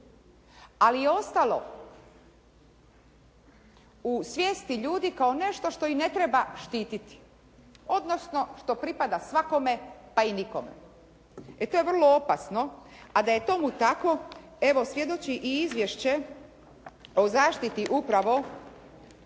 Ali je ostalo u svijesti ljudi kao nešto što i ne treba štititi, odnosno što pripada svakome pa i nikome. E to je vrlo opasno, a da je tomu tako evo svjedoči i izvješće o zaštiti upravo